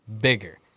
bigger